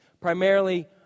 primarily